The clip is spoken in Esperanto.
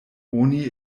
oni